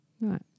right